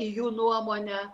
į jų nuomonę